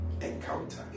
encounter